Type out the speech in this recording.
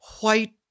white